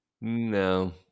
No